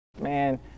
man